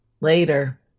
Later